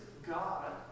God